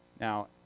Now